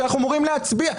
שאנחנו אמורים להצביע.